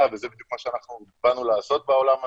וזה בדיוק מה שאנחנו באים לעשות בעולם הזה,